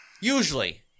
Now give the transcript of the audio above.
Usually